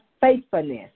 faithfulness